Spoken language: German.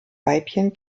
weibchen